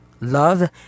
Love